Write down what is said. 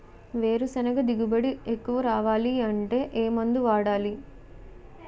వేరుసెనగ దిగుబడి ఎక్కువ రావాలి అంటే ఏ మందు వాడాలి?